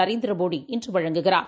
Narendra Modi இன்றுவழங்குகிறார்